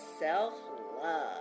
self-love